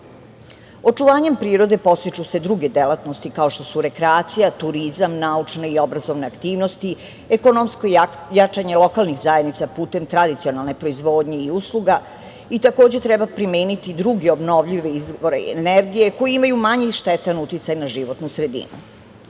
razvoja. Očuvanjem prirode podstiču se druge delatnosti, kao što su rekreacija, turizam, naučne i obrazovne aktivnosti, ekonomsko jačanje lokalnih zajednica putem tradicionalne proizvodnje i usluga i takođe treba primeniti druge obnovljive izvore energije koji imaju manje štetan uticaj na životnu